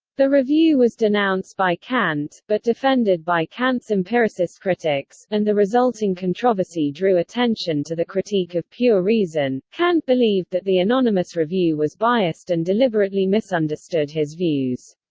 the review was denounced by kant, but defended by kant's empiricist critics, and the resulting controversy drew attention to the critique of pure reason kant believed that the anonymous review was biased and deliberately misunderstood his views.